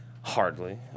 Hardly